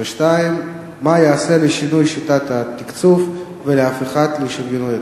2. מה ייעשה לשינוי שיטת התקצוב ולהפיכתה לשוויונית יותר?